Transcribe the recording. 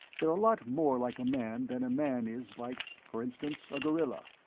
they're a lot more like a man than a man is like, for instance, a gorilla.